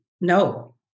no